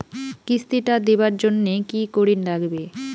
কিস্তি টা দিবার জন্যে কি করির লাগিবে?